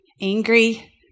angry